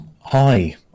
Hi